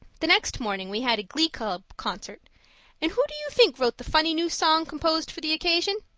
the next morning we had a glee club concert and who do you think wrote the funny new song composed for the occasion?